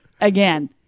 again